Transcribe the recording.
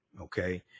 Okay